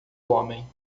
homem